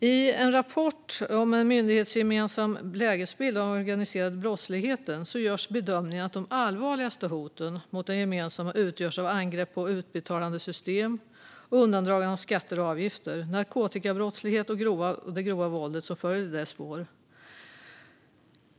I en rapport om en myndighetsgemensam lägesbild av den organiserade brottsligheten görs bedömningen att de allvarligaste hoten mot det gemensamma utgörs av angrepp på utbetalande system, undandragande av skatter och avgifter samt narkotikabrottslighet och det grova våld som följer i dess spår.